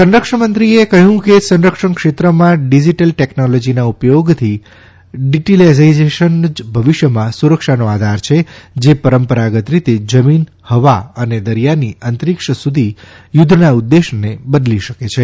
સંરક્ષણમંત્રીએ કહ્યું કે સંરક્ષણક્ષેત્રમાં ડીજીટલ ટેકનોલોજીના ઉપયોગથી ડિજિટલાઇઝેશન જ ભવિષ્યમાં સુરક્ષાનો આધાર છે જે પરંપરાગત રીતે જામીન હવા અને દરિયાથી અંતરિક્ષ સુધી યુદ્ધના ઉદેશને બદલી શકે છે